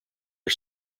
are